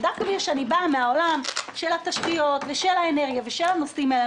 דווקא בגלל שאני מן העולם של התשתיות ושל האנרגיה ושל הנושאים האלה,